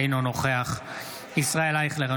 אינו נוכח ישראל אייכלר,